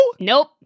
Nope